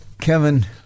Kevin